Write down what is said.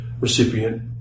recipient